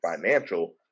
financial